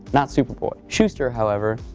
not superboy. shuster, however,